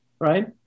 right